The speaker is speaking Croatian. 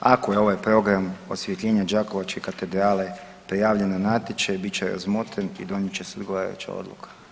Ako je ovaj program osvjetljenje đakovačke katedrale prijavljen na natječaj, bit će razmotren i donijet će se odgovarajuća odluka.